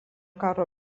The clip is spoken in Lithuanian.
karo